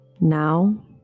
Now